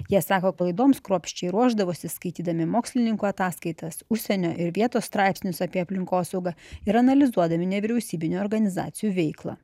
jie sako laidoms kruopščiai ruošdavosi skaitydami mokslininkų ataskaitas užsienio ir vietos straipsnius apie aplinkosaugą ir analizuodami nevyriausybinių organizacijų veiklą